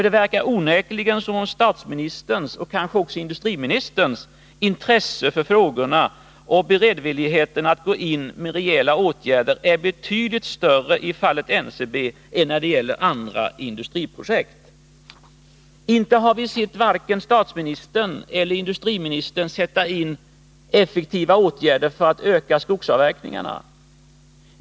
Det verkar onekligen som om statsministerns och kanske också industriministerns intresse för frågorna och beredvilligheten att gå in med rejäla åtgärder är betydligt större i fallet NCB än när det gäller andra industriprojekt. Vi har inte sett vare sig statsministern eller industriministern sätta in effektiva åtgärder för att öka skogsavverkningarna.